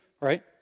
right